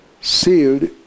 sealed